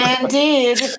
Indeed